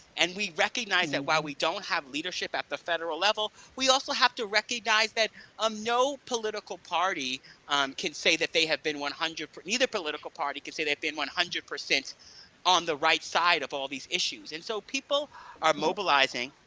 and we recognize that while we don't have leadership at the federal level, we also have to recognize that um no political party can say that they have been one hundred percent, but neither political party can say they've been one hundred percent on the right side of all these issues. and so people are mobilizing,